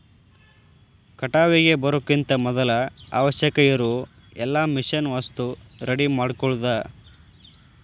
ಕಟಾವಿಗೆ ಬರುಕಿಂತ ಮದ್ಲ ಅವಶ್ಯಕ ಇರು ಎಲ್ಲಾ ಮಿಷನ್ ವಸ್ತು ರೆಡಿ ಮಾಡ್ಕೊಳುದ